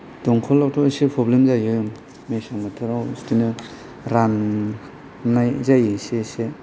दंखलावथ' एसे प्रब्लेम जायो मेसें बोथोराव बिदिनो राननाय जायो एसे एसे